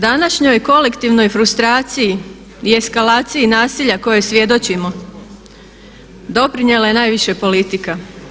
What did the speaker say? Današnjoj kolektivnoj frustraciji i eskalaciji nasilja kojim svjedočimo doprinijela je najviše politika.